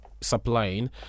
supplying